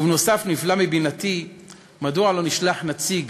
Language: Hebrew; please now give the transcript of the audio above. ובנוסף, נפלא מבינתי מדוע לא נשלח נציג